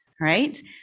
Right